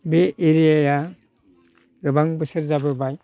बे एरियाया गोबां बोसोर जाबोबाय